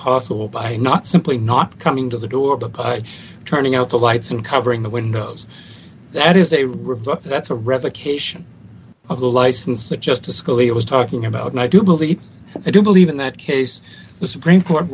possible by not simply not coming to the door but turning out the lights and covering the windows that is a revote that's a revocation of the license to justice scalia was talking about and i do believe i do believe in that case the supreme court